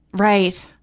right.